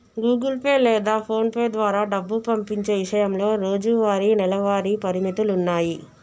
Google Pay లేదా PhonePe ద్వారా డబ్బు పంపించే ఇషయంలో రోజువారీ, నెలవారీ పరిమితులున్నాయి